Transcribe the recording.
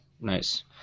nice